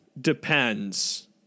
depends